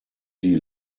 die